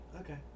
Okay